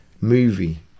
movie